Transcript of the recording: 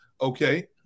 okay